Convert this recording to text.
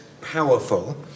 powerful